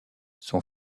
son